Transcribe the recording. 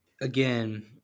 again